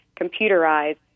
computerized